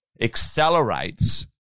accelerates